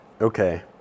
Okay